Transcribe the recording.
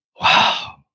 Wow